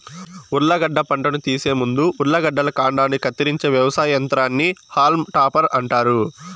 ఉర్లగడ్డ పంటను తీసే ముందు ఉర్లగడ్డల కాండాన్ని కత్తిరించే వ్యవసాయ యంత్రాన్ని హాల్మ్ టాపర్ అంటారు